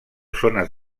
zones